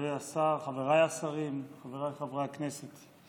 חברי השר, חבריי השרים, חבריי חברי הכנסת,